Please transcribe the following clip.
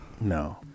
No